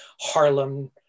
Harlem